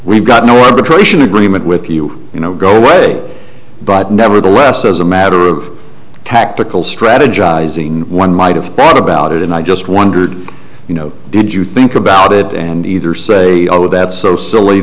we've got no approach an agreement with you you know go away but nevertheless as a matter of tactical strategizing one might have thought about it and i just wondered you know did you think about it and either say oh that's so silly